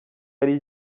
hari